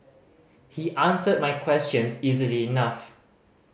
he answered my questions easily enough